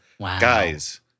Guys